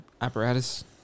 apparatus